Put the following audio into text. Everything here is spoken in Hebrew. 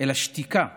אלא שתיקה רועמת,